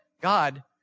God